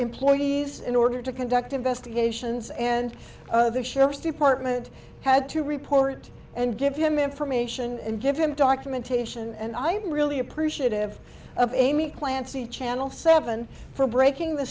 employees in order to conduct investigations and the sheriff's department had to report and give him information and give him documentation and i'm really appreciative of amy clancy channel seven for breaking the